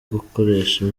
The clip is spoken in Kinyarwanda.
gukoresha